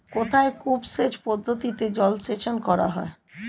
কোথায় কূপ সেচ পদ্ধতিতে জলসেচ করা হয়?